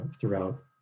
throughout